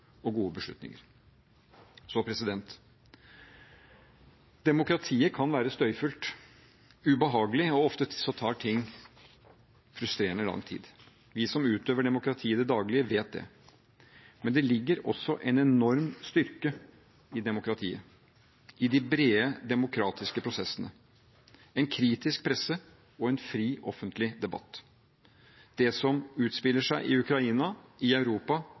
og gode beslutninger. Demokratiet kan være støyfullt, ubehagelig, og ofte tar ting frustrerende lang tid. Vi som utøver demokratiet i det daglige, vet det. Men det ligger også en enorm styrke i demokratiet – i de brede demokratiske prosessene, en kritisk presse og en fri offentlig debatt. Det som utspiller seg i Ukraina, i Europa,